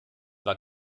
war